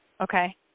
Okay